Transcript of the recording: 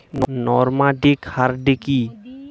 Nomadic hardy কি?